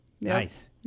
Nice